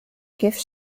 gift